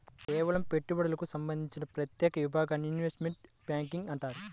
కేవలం పెట్టుబడులకు సంబంధించిన ప్రత్యేక విభాగాన్ని ఇన్వెస్ట్మెంట్ బ్యేంకింగ్ అంటారు